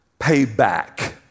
payback